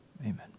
Amen